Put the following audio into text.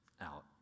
out